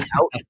out